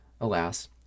Alas